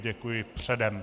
Děkuji předem.